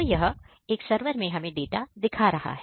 तो यह एक सरवर हमें डाटा दिखा रहा है